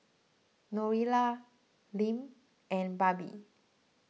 Noelia Lim and Barbie